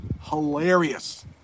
Hilarious